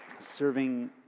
Serving